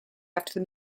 after